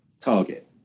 target